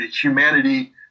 humanity